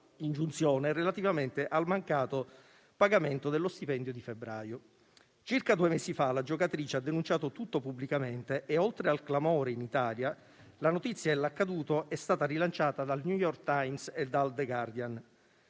ingiunzione relativamente al mancato pagamento dello stipendio di febbraio. Circa due mesi fa la giocatrice ha denunciato tutto pubblicamente e, oltre al clamore in Italia, la notizia dell'accaduto è stata rilanciata dal «New York Times» e dal «The Guardian».